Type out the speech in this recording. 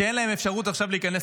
שאין להורים שלהם אפשרות עכשיו להיכנס